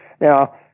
Now